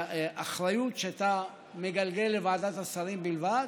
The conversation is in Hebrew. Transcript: האחריות, שאתה מגלגל לוועדת השרים בלבד,